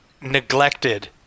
neglected